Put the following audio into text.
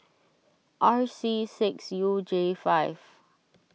R C six U J five